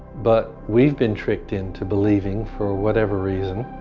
but we've been tricked into believing, for whatever reason,